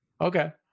okay